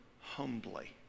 humbly